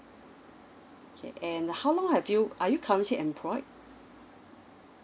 okay and how long have you are you currently employed